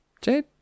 Jade